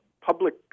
public